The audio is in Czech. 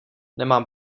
nemám